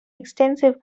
extensive